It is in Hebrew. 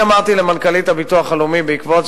אני אמרתי למנכ"לית הביטוח הלאומי בעקבות